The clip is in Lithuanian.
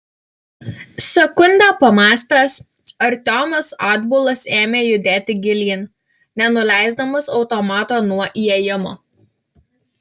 sekundę pamąstęs artiomas atbulas ėmė judėti gilyn nenuleisdamas automato nuo įėjimo